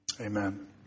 Amen